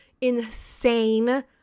insane